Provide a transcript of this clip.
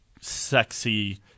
sexy